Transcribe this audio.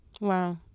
Wow